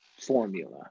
formula